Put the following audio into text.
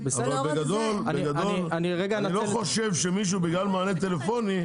בגדול אני לא חושב שמישהו בגלל מענה טלפוני,